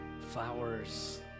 flowers